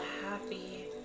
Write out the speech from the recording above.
happy